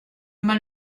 mal